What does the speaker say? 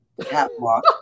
catwalk